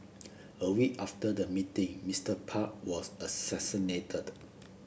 a week after the meeting Mister Park was assassinated